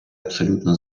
абсолютно